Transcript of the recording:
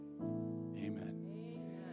Amen